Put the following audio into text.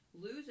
lose